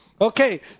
Okay